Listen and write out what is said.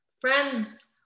Friends